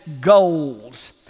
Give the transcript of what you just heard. goals